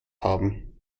haben